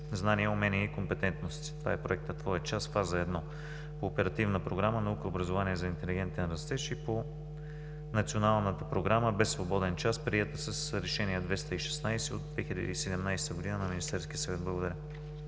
знания, умения и компетентности“. Това е проектът „Твоят час“ – фаза 1 по Оперативна програма „Наука и образование за интелигентен растеж“, и по Националната програма „Без свободен час“, приета с Решение № 216 от 2017 г. на Министерския съвет. Благодаря